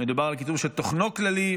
מדובר על כיתוב שתוכנו כללי,